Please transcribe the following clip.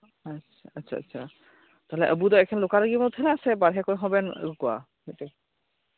ᱟᱪᱪᱷᱟ ᱟᱪᱪᱷᱟ ᱟᱪᱪᱷᱟ ᱛᱟᱦᱞᱮ ᱟᱵᱚ ᱫᱚ ᱮᱠᱮᱱ ᱞᱳᱠᱟᱞ ᱨᱮᱱᱜᱮᱵᱚᱱ ᱛᱟᱸᱦᱮᱱᱟ ᱮᱠᱮᱱ ᱥᱮ ᱵᱟᱦᱨᱮ ᱠᱷᱚᱱ ᱦᱚᱵᱮᱱ ᱟᱹᱜᱩ ᱠᱚᱣᱟ